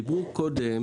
דיברו קודם